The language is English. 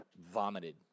vomited